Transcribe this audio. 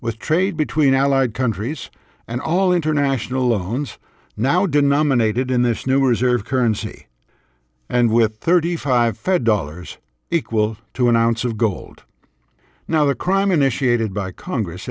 with trade between allied countries and all international loans now denominated in this new reserve currency and with thirty five fed dollars equal to an ounce of gold now the crime initiated by congress